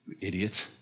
Idiot